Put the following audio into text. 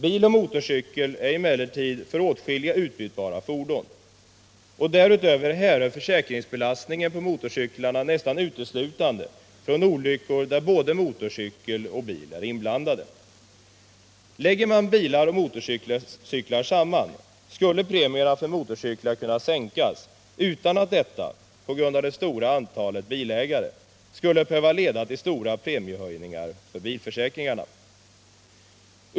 Bil och motorcykel är emellertid för åtskilliga utbytbara fordon. Och därutöver härrör försäkringsbelastningen på motorcyklar nästan uteslutande från olyckor där både motorcykel och bil är inblandade. Läggs bilar och motorcyklar samman, skulle premierna för motorcyklar kunna sänkas, utan att detta — på grund av det stora antalet bilägare — skulle behöva leda till stora premiehöjningar för bilförsäkringarna.